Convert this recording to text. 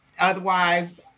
Otherwise